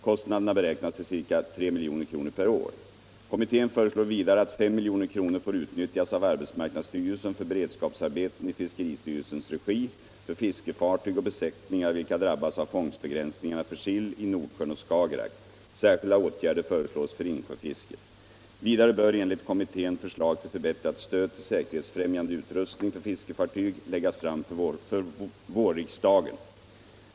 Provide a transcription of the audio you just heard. Kostnaderna beräknas till ca 3 milj.kr. per år. Kommittén föreslår vidare att 5 milj.kr. får utnyttjas av arbetsmarknadsstyrelsen för beredskapsarbeten i fiskeristyrelsens regi för fiskefartyg och besättningar vilka drabbas av fångstbegränsningarna för sill i Nordsjön och Skagerak. Särskilda åtgärder föreslås för insjöfisket. Vidare bör enligt kommittén förslag till förbättrat stöd till säkerhetsfrämjande utrustning för fiskefartyg läggas fram för vårriksdagen.